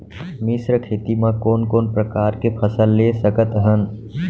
मिश्र खेती मा कोन कोन प्रकार के फसल ले सकत हन?